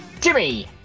Jimmy